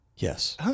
Yes